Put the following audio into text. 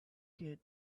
kid